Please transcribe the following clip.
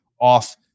off